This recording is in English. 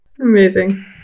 Amazing